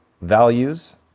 values